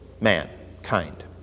mankind